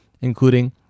including